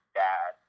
dad